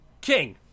King